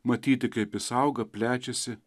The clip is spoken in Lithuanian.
matyti kaip jis auga plečiasi